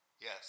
Yes